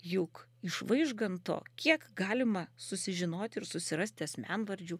juk iš vaižganto kiek galima susižinoti ir susirasti asmenvardžių